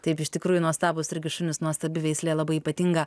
taip iš tikrųjų nuostabūs irgi šunys nuostabi veislė labai ypatinga